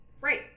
Right